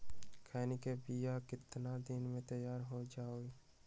खैनी के बिया कितना दिन मे तैयार हो जताइए?